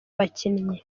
bakinnyi